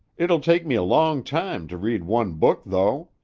it'll take me a long time to read one book, though,